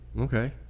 Okay